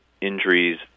injuries